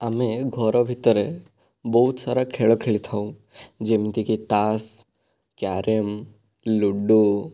ଆମେ ଘର ଭିତରେ ବହୁତ ସାରା ଖେଳ ଖେଳିଥାଉ ଯେମତିକି ତାସ୍ କ୍ୟାରମ ଲୁଡ଼ୁ